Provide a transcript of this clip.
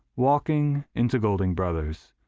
walking into golding bros,